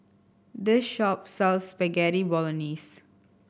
this shop sells Spaghetti Bolognese